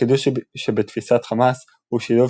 החידוש שבתפיסת חמאס הוא שילוב